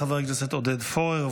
חבר הכנסת עודד פורר,